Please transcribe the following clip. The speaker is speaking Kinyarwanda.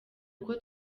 uko